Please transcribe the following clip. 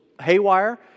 haywire